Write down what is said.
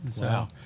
Wow